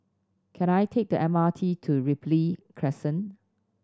can I take the M R T to Ripley Crescent